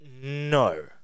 No